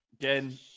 again